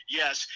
yes